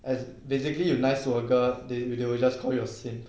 as basically you nice to a girl they will they will just call you a simp